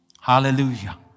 Hallelujah